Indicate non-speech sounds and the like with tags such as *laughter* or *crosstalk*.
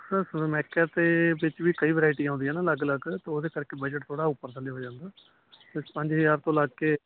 sir ਸਨਮੈਕੇ ਅਤੇ ਵਿੱਚ ਵੀ ਕਈ ਵਰਾਇਟੀਆਂ ਆਉਂਦੀਆਂ ਨਾ ਅਲੱਗ ਅਲੱਗ ਉਹਦੇ ਕਰਕੇ ਬਜਟ ਥੋੜ੍ਹਾ ਉੱਪਰ ਥੱਲੇ ਹੋ ਜਾਂਦਾ *unintelligible* ਪੰਜ ਹਜ਼ਾਰ ਤੋਂ ਲੱਗ ਕੇ